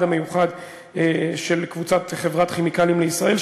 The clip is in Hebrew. המיוחד של קבוצת חברת "כימיקלים לישראל",